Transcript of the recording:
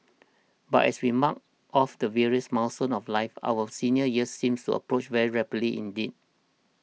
but as we mark off the various milestones of life our senior years seems to approach very rapidly indeed